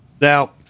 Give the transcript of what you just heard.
Now